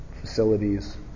facilities